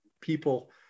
people